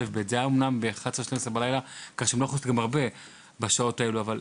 זה היה אמנם ב-12:00-11:00 בלילה ובשעות האלה הם